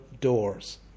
doors